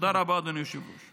תודה רבה, אדוני היושב-ראש.